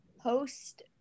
host